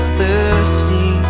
thirsty